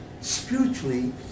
spiritually